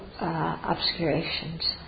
obscurations